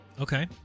Okay